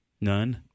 None